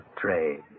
trade